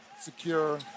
secure